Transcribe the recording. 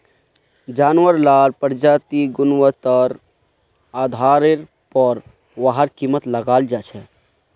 जानवार लार प्रजातिर गुन्वात्तार आधारेर पोर वहार कीमत लगाल जाहा